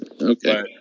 Okay